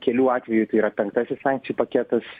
kelių atveju tai yra penktasis sankcijų paketas